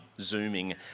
zooming